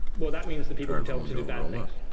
well that means that people can tell them to do bad things.